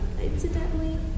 incidentally